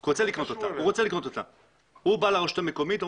הוא בא לרשות המקומית,